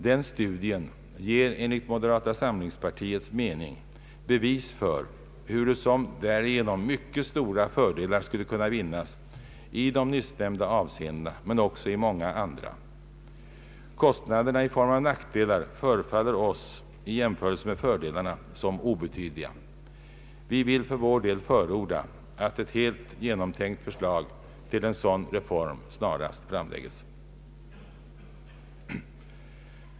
Den studien ger enligt moderata samlingspartiets mening bevis för hurusom därigenom mycket stora fördelar skulle kunna vinnas i de nyssnämnda avseendena men också i många andra. Kostnaderna i form av nackdelar förefaller oss, i jämförelse med fördelarna, som obetydliga. Vi vill för vår del förorda, att ett helt genomtänkt förslag till en sådan reform snarast framlägges.